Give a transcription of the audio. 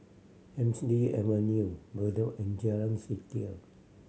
Hemsley Avenue Bedok and Jalan Setia